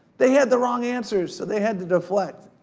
they had the wrong answers so they had to deflect.